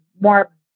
more